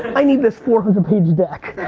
i need this four hundred page deck.